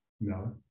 No